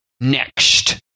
Next